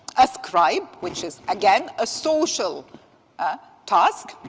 a scribe, which is, again, a social ah task,